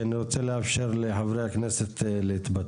כי אני רוצה לאפשר לחברי הכנסת להתבטא.